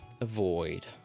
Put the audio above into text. avoid